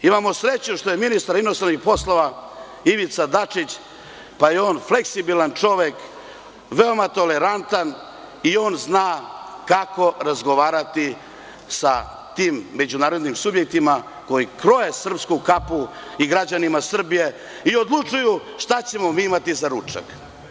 Imamo sreću što je ministar inostranih poslova Ivica Dačić, pa je on fleksibilan čovek, veoma tolerantan i on zna kako razgovarati sa tim međunarodnim subjektima koji kroje srpsku kapu i građanima Srbije i odlučuju šta ćemo mi imati za ručak.